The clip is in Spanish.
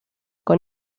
con